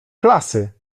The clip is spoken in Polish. klasy